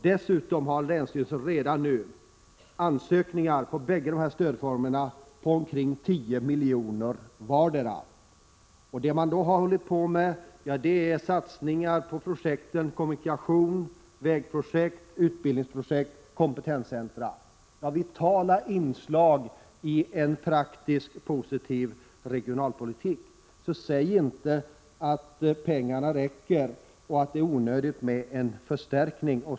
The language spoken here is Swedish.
Dessutom har länsstyrelsen redan nu ansökningar på omkring 10 milj.kr. vardera för båda stödformerna. Ansökningarna avser projekt inom kommunikationsområdet, vägprojekt, utbildningsprojekt och kompetenscentra. Detta är vitala inslag i en positiv och praktisk regionalpolitik. Säg alltså inte att pengarna räcker och att det är onödigt med en förstärkning!